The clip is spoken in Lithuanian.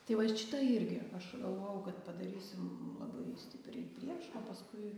tai va šitą irgi aš galvojau kad padarysim labai stipriai prieš paskui